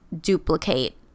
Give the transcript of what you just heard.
duplicate